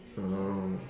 (uh huh)